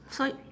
so